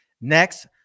Next